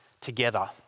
together